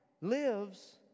lives